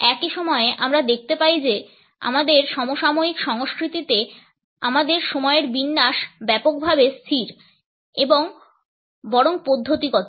একই সময়ে আমরা দেখতে পাই যে আমাদের সমসাময়িক সংস্কৃতিতে আমাদের সময়ের বিন্যাস ব্যাপকভাবে স্থির এবং বরং পদ্ধতিগত